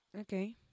Okay